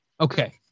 Okay